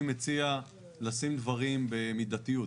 אני מציע לשים דברים במידתיות,